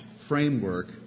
framework